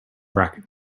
racket